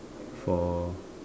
for